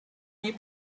niej